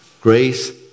Grace